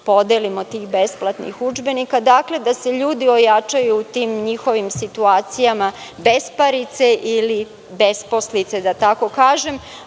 podelimo tih besplatnih udžbenika. Dakle, da se ljudi ojačaju u tim njihovim situacijama besparice ili besposlice, da tako kažem.